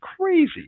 crazy